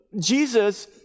Jesus